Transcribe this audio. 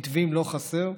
מתווים לא חסרים.